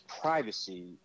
privacy